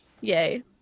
yay